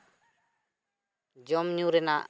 ᱡᱚᱢᱼᱧᱩ ᱨᱮᱱᱟᱜ